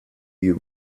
you